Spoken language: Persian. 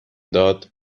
داد